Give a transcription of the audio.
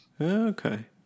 Okay